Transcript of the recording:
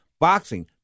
boxing